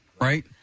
right